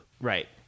Right